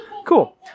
Cool